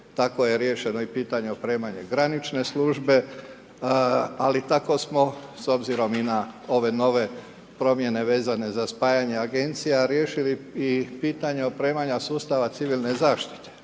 tako je riješeno i pitanje opremanja granične službe, ali tako smo, s obzirom i na ove nove promjene vezane za spajanje agencija riješili i pitanje opremanja sustava civilne zaštite.